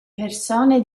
persone